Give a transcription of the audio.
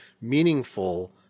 meaningful –